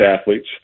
athletes